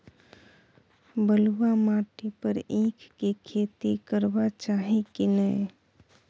बलुआ माटी पर ईख के खेती करबा चाही की नय?